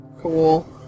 cool